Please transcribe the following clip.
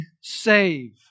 save